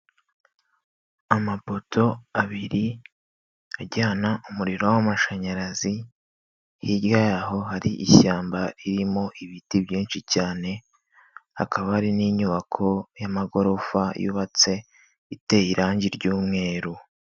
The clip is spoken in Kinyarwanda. Amapoto abiri ajyana umuriro w'amashanyarazi, hirya y'aho hari ishyamba ririmo ibiti byinshi cyane, hakaba hari n'inyubako y'amagorofa yubatse iteye irangi ry'umweru.